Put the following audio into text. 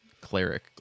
cleric